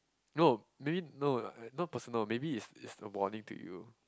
no maybe no not personal maybe is is a warning to you